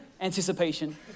anticipation